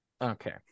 Okay